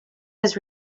his